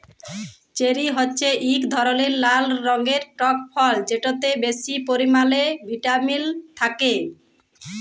cherry হছে ইক ধরলের লাল রঙের টক ফল যেটতে বেশি পরিমালে ভিটামিল থ্যাকে